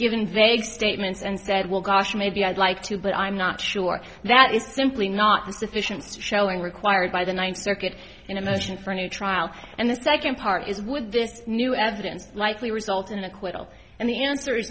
given vague statements and said well gosh maybe i'd like to but i'm not sure that is simply not a sufficient showing required by the ninth circuit in a motion for a new trial and the second part is would this new evidence likely result in an acquittal and the answer is